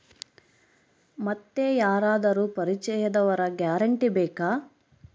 ಮತ್ತೆ ಯಾರಾದರೂ ಪರಿಚಯದವರ ಗ್ಯಾರಂಟಿ ಬೇಕಾ?